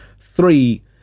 three